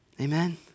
Amen